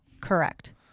Correct